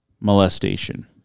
molestation